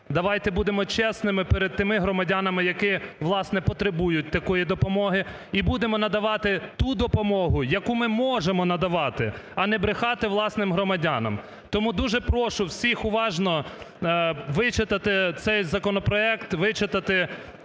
Давайте будемо чесними перед тими громадянами, які, власне, потребують такої допомоги, і будемо надавати ту допомогу, яку ми можемо надавати, а не брехати власним громадянам. Тому дуже прошу всіх уважно вичитати цей законопроект, вичитати